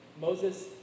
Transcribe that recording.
Moses